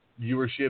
Viewership